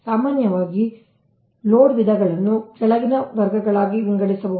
ಸಾಮಾನ್ಯವಾಗಿ ಲೋಡ್ ವಿಧಗಳನ್ನು ಕೆಳಗಿನ ವರ್ಗಗಳಾಗಿ ವಿಂಗಡಿಸಬಹುದು